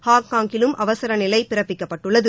ஹாங்காங்கிலும் அவசர நிலை பிறப்பிக்கப்பட்டுள்ளது